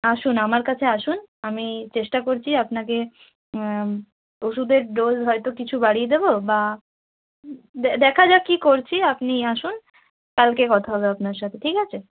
আসুন আমার কাছে আসুন আমি চেষ্টা করছি আপনাকে ওষুধের ডোজ হয়তো কিছু বাড়িয়ে দেবো বা দেখা যাক কী করছি আপনি আসুন কালকে কথা হবে আপনার সাথে ঠিক আছে